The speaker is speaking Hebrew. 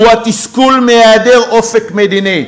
הוא התסכול מהיעדר אופק מדיני.